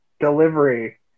delivery